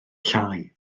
llai